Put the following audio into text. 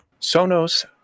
Sonos